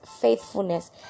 faithfulness